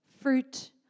fruit